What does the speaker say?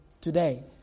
today